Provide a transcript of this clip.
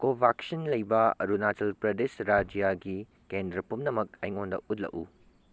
ꯀꯣꯕꯥꯛꯁꯤꯟ ꯂꯩꯕ ꯑꯔꯨꯅꯥꯆꯜ ꯄ꯭ꯔꯗꯦꯁ ꯔꯥꯏꯖ꯭ꯌꯥꯒꯤ ꯀꯦꯟꯗ꯭ꯔ ꯄꯨꯝꯅꯃꯛ ꯑꯩꯉꯣꯟꯗ ꯎꯠꯂꯛꯎ